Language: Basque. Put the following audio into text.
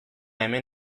hemen